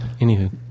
Anywho